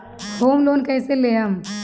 Home loan कैसे लेहम?